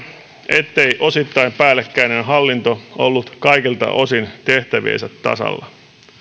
ettei osittain päällekkäinen hallinto ollut kaikilta osin tehtäviensä tasalla